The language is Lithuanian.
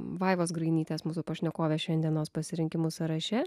vaivos grainytės mūsų pašnekovės šiandienos pasirinkimų sąraše